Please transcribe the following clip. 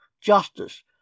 justice